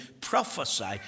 Prophesy